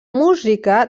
música